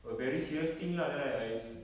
a very serious thing lah then I I s~